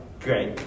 Great